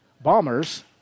Bombers